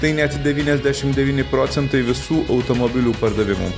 tai net devyniasdešim devyni procentai visų automobilių pardavimų